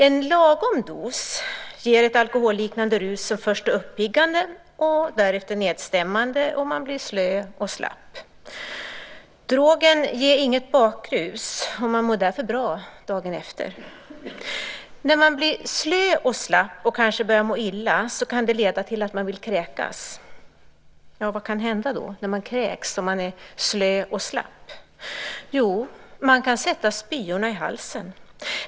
En "lagom" dos ger ett alkoholliknande rus som först är uppiggande och därefter nedstämmande, och man blir slö och slapp. Drogen ger inget bakrus, och man mår därför bra dagen efter. När man blir slö och slapp och kanske börjar må illa, kan det leda till att man vill kräkas. Vad kan då hända när man kräks om man är slö och slapp? Jo, man kan sätta spyorna i halsen.